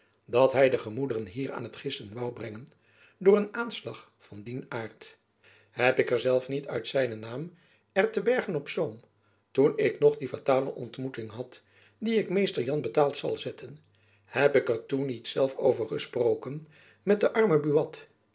dat hy de gemoederen hier aan t gisten woû brengen door een aanslag van dien aart heb ik zelf niet uit zijnen naam er te bergen-op-zoom toen ik nog die fatale ontmoeting had die ik mr jan betaald zal zetten heb ik er toen niet zelf over gesproken met den armen buat